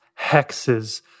hexes